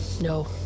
No